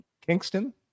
Kingston